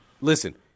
Listen